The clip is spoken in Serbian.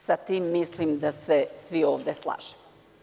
Sa tim mislim da se svi ovde slažemo.